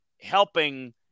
helping